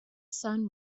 sun